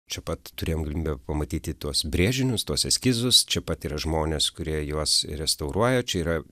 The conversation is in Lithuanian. čia pat turėjom galimybę pamatyti tuos brėžinius tuos eskizus čia pat yra žmonės kurie juos restauruoja čia yra